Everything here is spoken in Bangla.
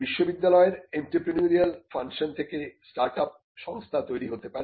বিশ্ববিদ্যালয়ের এন্ত্রেপ্রেনিউরিয়াল ফাংশন থেকে স্টার্ট আপ সংস্থা তৈরি হতে পারে